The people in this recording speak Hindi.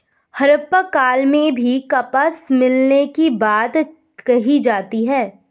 हड़प्पा काल में भी कपास मिलने की बात कही जाती है